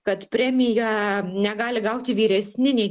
kad premiją negali gauti vyresni nei